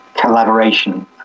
collaboration